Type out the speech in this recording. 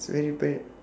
it's very bad